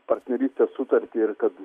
partnerystės sutartį ir kad